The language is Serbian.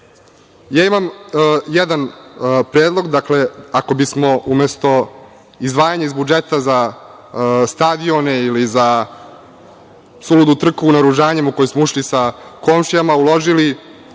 imam jedan predlog. Dakle, ako bismo umesto izdvajanja iz budžeta za stadione ili za suludu trku u naoružanje, u koju smo ušli sa komšijama, uložili